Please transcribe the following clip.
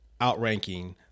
outranking